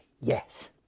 Yes